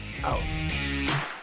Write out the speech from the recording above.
out